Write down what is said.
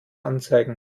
anzeigen